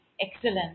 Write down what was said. Excellent